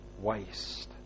waste